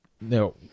No